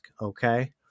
okay